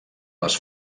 les